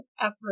effort